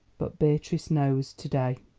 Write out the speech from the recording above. but beatrice knows to-day!